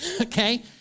Okay